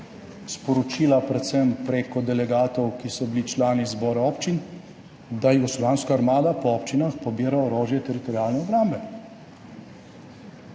sporočila, predvsem preko delegatov, ki so bili člani zbora občin, da Jugoslovanska armada po občinah pobira orožje Teritorialne obrambe